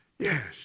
Yes